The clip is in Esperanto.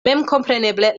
memkompreneble